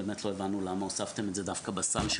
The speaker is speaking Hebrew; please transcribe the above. באמת לא הבנו למה הוספתם את זה דווקא בסל של